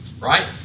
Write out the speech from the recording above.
Right